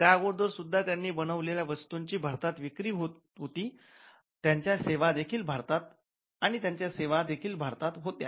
त्या अगोदर सुद्धा त्यांनी बनवलेल्या वस्तू ची भारतात विक्री होत होती आणि त्यांच्या सेवा देखील भारतात होत्या